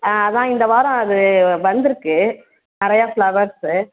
ஆ அதுதான் இந்த வாரம் அது வந்திருக்கு நிறையா ஃப்ளவர்ஸு